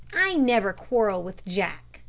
i never quarrel with jack,